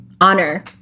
honor